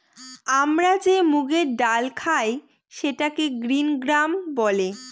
আমরা যে মুগের ডাল খায় সেটাকে গ্রিন গ্রাম বলে